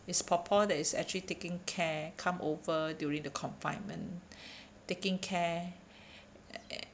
is popo that is actually taking care come over during the confinement taking care